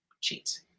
cheats